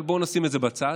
אבל בואו נשים את זה בצד.